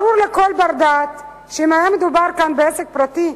ברור לכל בר-דעת שאם היה מדובר כאן בעסק פרטי,